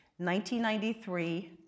1993